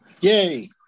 yay